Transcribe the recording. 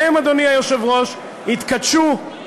והם, אדוני היושב-ראש, התכתשו, כן,